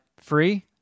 free